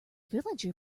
villager